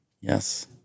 Yes